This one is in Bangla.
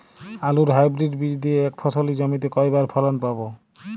আলুর হাইব্রিড বীজ দিয়ে এক ফসলী জমিতে কয়বার ফলন পাব?